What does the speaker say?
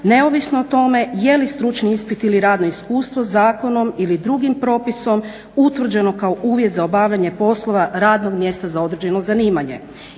neovisno o tome je li stručni ispit ili radno iskustvo zakonom ili drugim propisom utvrđeno kao uvjet za obavljanje poslova radnog mjesta za određeno zanimanje.